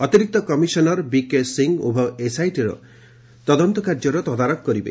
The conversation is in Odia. ଅତିରିକ୍ତ କମିଶନର ବିକେ ସିଂ ଉଭୟ ଏସ୍ଆଇଟିର ତଦନ୍ତକାର୍ଯ୍ୟର ତଦାରଖ କରିବେ